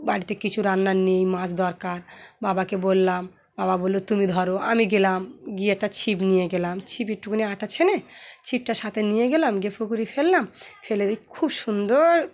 বাড়িতে কিছু রান্নার নেই মাছ দরকার বাবাকে বললাম বাবা বললো তুমি ধরো আমি গেলাম গিয়ে একটা ছিপ নিয়ে গেলাম ছিপ একটুকুনি আটা ছেেনে ছিপটা সাথে নিয়ে গেলাম গিয়ে পুকুরে ফেললাম ফেলে দিয়ে খুব সুন্দর